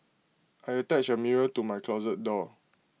I attached A mirror to my closet door